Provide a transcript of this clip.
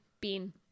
Bean